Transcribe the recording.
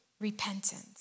repentance